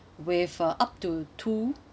with uh up to two